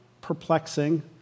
perplexing